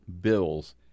bills